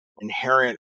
inherent